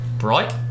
Right